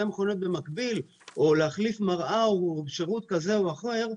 מכוניות במקביל או להחליף מראה או שירות כזה או אחר,